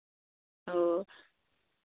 ᱚ